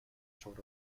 short